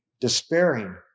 despairing